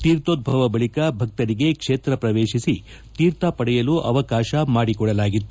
ತೀರ್ಥೋದ್ದವ ಬಳಿಕ ಭಕ್ತರಿಗೆ ಕ್ಷೇತ್ರ ಪ್ರವೇಶಿಸಿ ತೀರ್ಥ ಪಡೆಯಲು ಅವಕಾಶ ಮಾಡಿಕೊಡಲಾಗಿತ್ತು